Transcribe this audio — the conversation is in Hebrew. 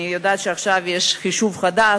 אני יודעת שעכשיו יש חישוב חדש,